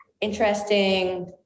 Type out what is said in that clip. interesting